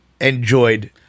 enjoyed